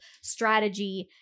strategy